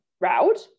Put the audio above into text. route